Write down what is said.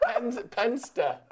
Penster